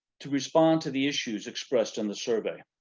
to respond to the issues expressed in the survey,